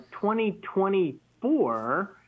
2024